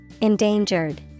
Endangered